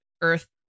earth